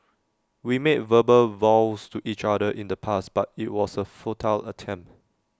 we made verbal vows to each other in the past but IT was A futile attempt